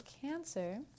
Cancer